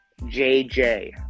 JJ